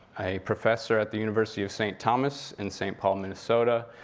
a professor at the university of st. thomas in saint paul, minnesota,